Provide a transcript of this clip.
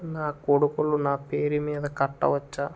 నా కొడుకులు నా పేరి మీద కట్ట వచ్చా?